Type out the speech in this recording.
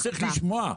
צריך לשמוע,